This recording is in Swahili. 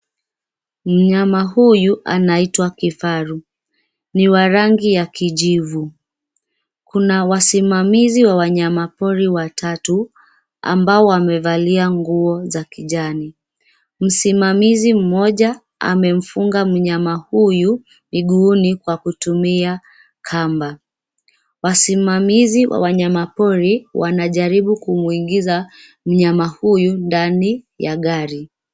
Mnyama huyu anaitwa kifaru, ni wa rangi ya kijivu. Kuna wasimamizi wa wanyama pori watatu, ambao wamevalia nguo za kijani. Msimamizi mmoja, amemfunga mnyama huyu, miguuni kwa kutumia, kamba, wasimamizi wa wanyama pori wanajaribu kumwingiza, mnyama huyu ndani ya gari.